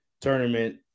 tournament